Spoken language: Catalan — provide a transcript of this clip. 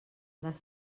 les